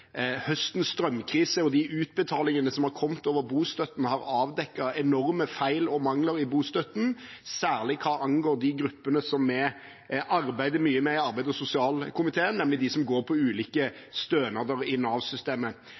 høstens strømkrise og de utbetalingene som har kommet over bostøtten, har avdekket enorme feil og mangler i bostøtten – særlig hva angår de gruppene jeg arbeider mye med i arbeids- og sosialkomiteen, nemlig de som går på ulike stønader i